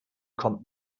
kommt